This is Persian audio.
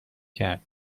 کرد